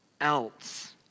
else